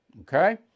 Okay